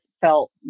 felt